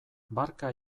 barka